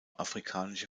afrikanische